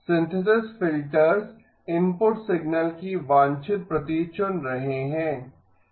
synthesis filters input signal की वांछित प्रति चुन रहे हैं